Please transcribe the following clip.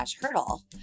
hurdle